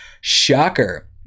Shocker